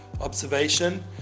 observation